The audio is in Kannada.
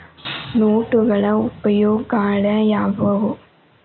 ನೋಟುಗಳ ಉಪಯೋಗಾಳ್ಯಾವ್ಯಾವು?